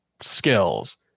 skills